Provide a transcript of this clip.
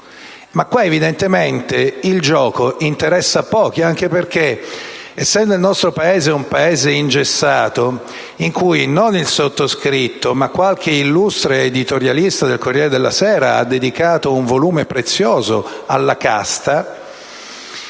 Ma qua evidentemente il gioco interessa a pochi anche perché, essendo il nostro un Paese ingessato in cui non il sottoscritto ma qualche illustre editorialista del «Corriere della Sera» ha dedicato un volume prezioso alla casta,